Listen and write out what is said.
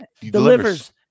delivers